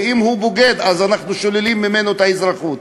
ואם הוא בוגד אז אנחנו שוללים ממנו את האזרחות.